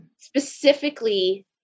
specifically